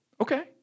Okay